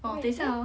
哦等一下哦